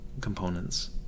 components